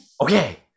okay